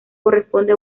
corresponde